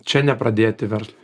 čia nepradėti verslo